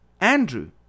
andrew